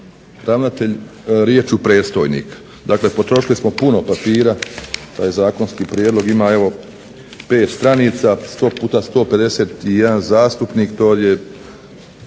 je u predstojnik. Dakle potrošili smo puno papira pa je zakonski prijedlog ima evo pet stranica, to puta 151 zastupnik to je